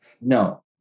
no